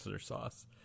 sauce